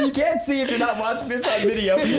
and can't see if you're not must miss a video